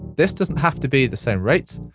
this doesn't have to be the same rate,